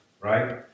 right